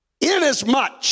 Inasmuch